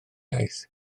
iaith